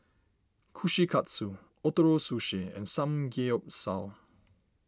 Kushikatsu Ootoro Sushi and Samgeyopsal